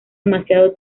demasiado